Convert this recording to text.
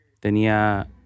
tenía